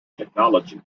technology